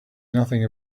nothing